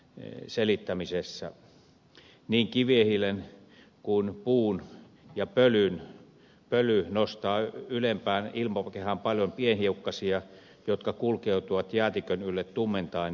niin kivihiili kuin puu ja pöly nostavat ylempään ilmakehään paljon pienhiukkasia jotka kulkeutuvat jäätikön ylle tummentaen sitä